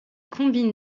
combine